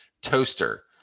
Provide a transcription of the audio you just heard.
Toaster